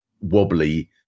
wobbly